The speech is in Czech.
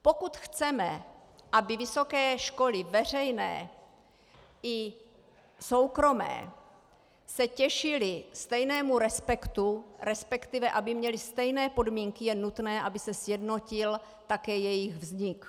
Pokud chceme, aby se vysoké školy veřejné i soukromé těšily stejnému respektu, respektive aby měly stejné podmínky, je nutné, aby se sjednotil také jejich vznik.